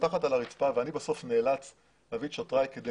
משטחת על הרצפה ואני בסוף נאלץ להביא את שוטריי כדי